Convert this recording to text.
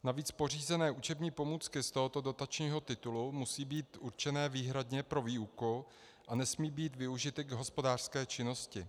Navíc pořízené učební pomůcky z tohoto dotačního titulu musí být určené výhradně pro výuku a nesmí být využity k hospodářské činnosti.